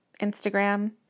Instagram